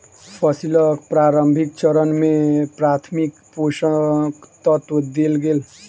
फसीलक प्रारंभिक चरण में प्राथमिक पोषक तत्व देल गेल